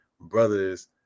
brothers